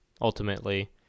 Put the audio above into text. ultimately